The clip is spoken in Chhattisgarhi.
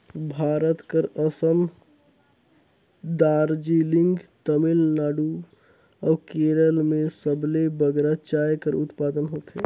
भारत कर असम, दार्जिलिंग, तमिलनाडु अउ केरल में सबले बगरा चाय कर उत्पादन होथे